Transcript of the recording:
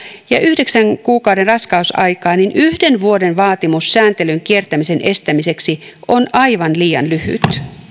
ja yhdeksän kuukauden raskausaikaa niin yhden vuoden vaatimus sääntelyn kiertämisen estämiseksi on aivan liian lyhyt